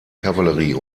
kavallerie